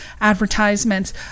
advertisements